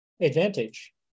advantage